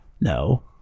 No